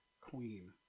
Queen